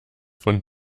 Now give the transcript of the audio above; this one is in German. von